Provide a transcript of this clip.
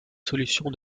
solution